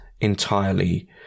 entirely